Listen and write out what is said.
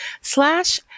slash